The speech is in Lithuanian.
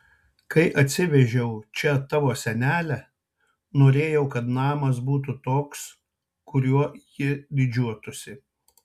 kai atsivežiau čia tavo senelę norėjau kad namas būtų toks kuriuo jį didžiuotųsi